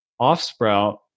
Offsprout